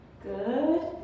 good